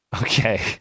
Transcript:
Okay